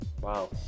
Wow